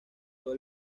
todo